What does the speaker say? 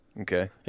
Okay